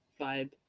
vibe